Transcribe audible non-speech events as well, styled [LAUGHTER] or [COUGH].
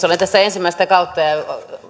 [UNINTELLIGIBLE] olen tässä ensimmäistä kautta ja ja